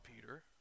Peter